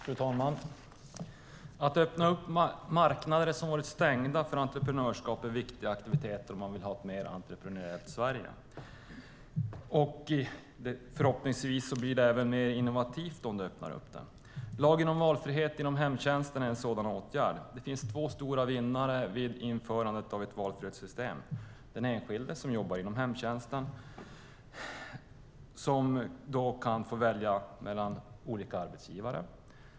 Fru talman! Att öppna upp marknader som varit stängda för entreprenörskap är en viktig aktivitet om man vill ha ett mer entreprenöriellt Sverige, och förhoppningsvis blir det även mer innovativt. Lagen om valfrihet inom hemtjänsten är en sådan åtgärd. Det finns två stora vinnare vid införandet av ett valfrihetssystem. Den ena är den enskilde som jobbar inom hemtjänsten, som kan få välja mellan olika arbetsgivare.